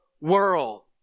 world